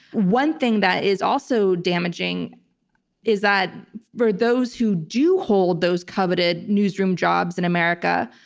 one thing that is also damaging is that for those who do hold those coveted newsroom jobs in america,